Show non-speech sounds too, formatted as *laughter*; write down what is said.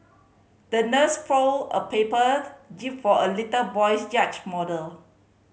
the nurse folded a paper *unintelligible* jib for a little boy's yacht model